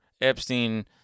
Epstein